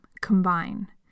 Combine